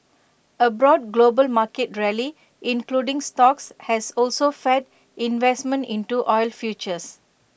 A broad global market rally including stocks has also fed investment into oil futures